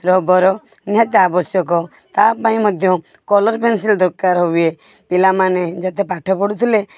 rubber ନିହାତି ଆବଶ୍ୟକ ତାପାଇଁ ମଧ୍ୟ କଲର୍ ପେନ୍ସିଲ୍ ଦରକାର ହୁଏ ପିଲାମାନେ ଯେତେ ପାଠ ପଢ଼ୁଥିଲେ